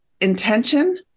intention